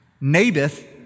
Naboth